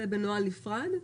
זה בנוהל נפרד?